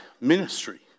ministry